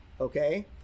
okay